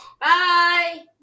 Bye